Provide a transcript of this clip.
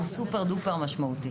הוא סופר משמעותי.